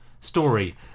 story